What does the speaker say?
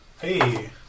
Hey